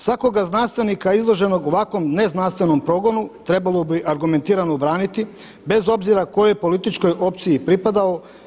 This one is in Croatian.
Svakog znanstvenika izloženog ovakvom neznanstvenom progonu trebalo bi argumentirano obraniti bez obzira kojoj političkoj opciji pripadao.